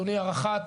אדוני הרח"ט,